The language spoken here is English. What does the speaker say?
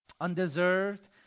undeserved